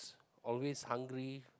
always hungry